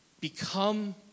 Become